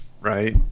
right